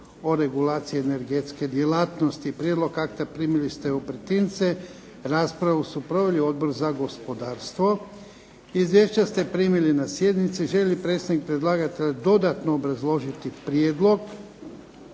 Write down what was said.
o regulaciji energetske djelatnosti. Prijedlog akta primili ste u pretince. Raspravu su proveli Odbor za gospodarstvo. Izvješća ste primili na sjednici. Želi li predstavnik predlagatelja dodatno obrazložiti prijedlog?